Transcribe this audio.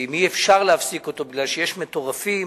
ואם אי-אפשר להפסיק אותו כי יש מטורפים,